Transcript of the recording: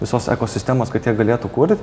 visos ekosistemos kad jie galėtų kurt